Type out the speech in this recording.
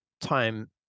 time